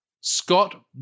Scott